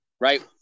right